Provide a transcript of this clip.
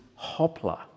hopla